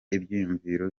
ibyiyumviro